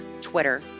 Twitter